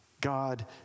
God